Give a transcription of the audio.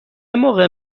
موقع